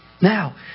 Now